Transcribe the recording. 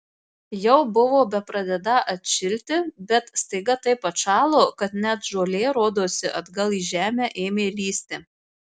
jau buvo bepradedą atšilti bet staiga taip atšalo kad net žolė rodosi atgal į žemę ėmė lįsti